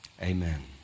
amen